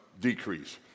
decrease